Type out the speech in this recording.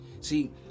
See